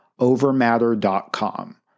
overmatter.com